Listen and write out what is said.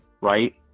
right